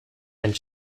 and